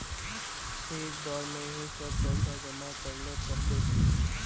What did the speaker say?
एक बार में ही सब पैसा जमा करले पड़ते की?